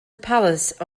palace